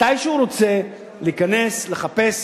מתי שהוא רוצה, להיכנס, לחפש,